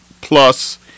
plus